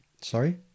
Sorry